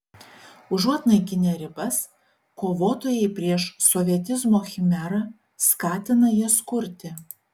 užuot naikinę ribas kovotojai prieš sovietizmo chimerą skatina jas kurti